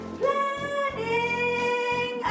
planning